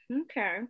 okay